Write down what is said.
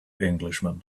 englishman